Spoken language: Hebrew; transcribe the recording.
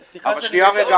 סליחה, רגע.